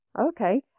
okay